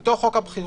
לתוך חוק הבחירות,